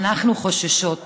אנחנו חוששות.